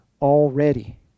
already